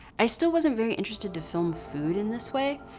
i still wasn't very interested to film food in this way,